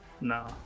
no